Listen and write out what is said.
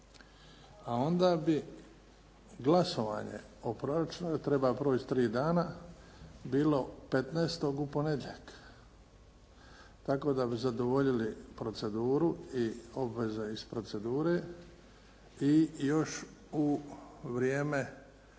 a onda bi glasovanje o proračunu, jer treba proći tri dana, bilo 15. u ponedjeljak. Tako da bi zadovoljili proceduru i obveze iz procedure i još u vrijeme